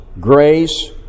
grace